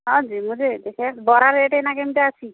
ହଁ ଯିମୁ ଯେ ଦେଖିବା ବରା ରେଟ୍ ଏନା କେମତିଆ ଅଛି